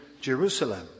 Jerusalem